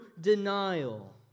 denial